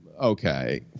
okay